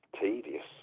tedious